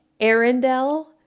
Arendelle